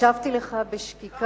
הקשבתי לך בשקיקה,